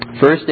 First